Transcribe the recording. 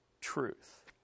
truth